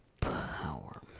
power